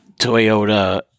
Toyota